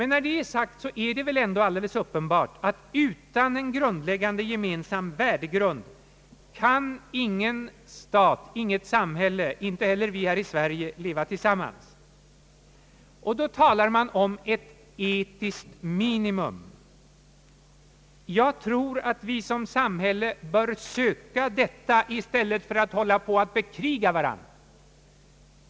När detta är sagt är det väl ändå alldeles uppenbart att utan en grundläggande gemensam värdegrund kan ingen stat, inget samhälle, inte heller vi här i Sverige leva tillsammans. Man talar om ett etiskt minimum. Jag tror att vi som samhälle bör söka detta i stället för att bekriga varandra.